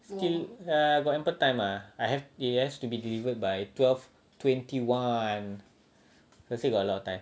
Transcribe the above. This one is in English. still got ample time ah I have it has to be delivered by twelve twenty one so still got a lot of time